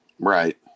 Right